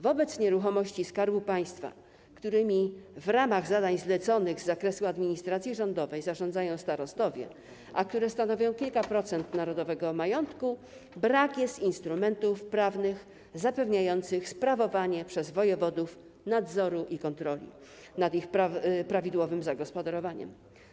Wobec nieruchomości Skarbu Państwa, którymi w ramach zadań zleconych z zakresu administracji rządowej zarządzają starostowie, a które stanowią kilka procent narodowego majątku, brak jest instrumentów prawnych zapewniających sprawowanie przez wojewodów nadzoru i kontroli nad ich prawidłowym zagospodarowaniem.